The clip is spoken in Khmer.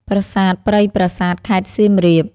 ប្រាសាទព្រៃប្រាសាទ ខេត្តសៀមរាប។